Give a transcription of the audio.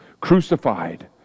crucified